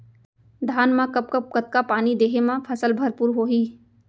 धान मा कब कब कतका पानी देहे मा फसल भरपूर होही?